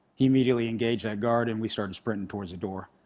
he immediately engaged the guard and we started sprinting toward the door.